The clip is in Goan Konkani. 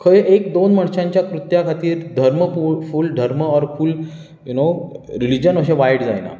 खंय एक दोन मनशांच्या कृत्या खातीर धर्म फूल धर्म ऑर फूल यु नो रिलीजन अशें वायट जायना